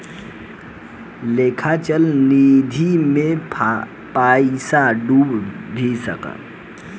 लेखा चल निधी मे पइसा डूब भी सकता